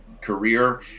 career